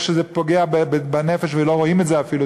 שזה פוגע בנפש ולא רואים את זה אפילו,